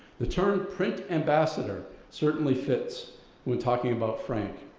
the term print ambassador certainly fits when talking about frank.